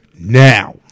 now